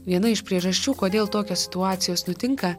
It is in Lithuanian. viena iš priežasčių kodėl tokios situacijos nutinka